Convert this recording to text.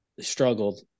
struggled